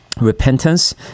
repentance